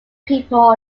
people